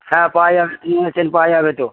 হ্যাঁ পাওয়া যাবে পাওয়া যাবে তো